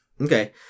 Okay